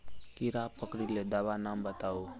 कीड़ा पकरिले दाबा नाम बाताउ?